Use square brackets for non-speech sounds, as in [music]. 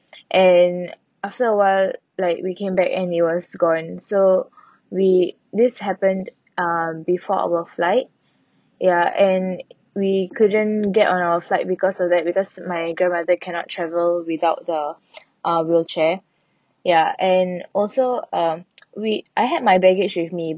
[breath] and after a while like we came back and it was gone so [breath] we this happened uh before our flight ya and we couldn't get on our flight because of that because my grandmother cannot travel without the [noise] uh wheelchair ya and also um [noise] we I had my baggage with me